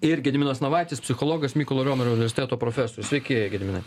ir gediminas navaitis psichologas mykolo romerio universiteto profesorius sveiki gediminai